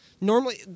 normally